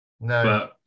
No